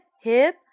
hip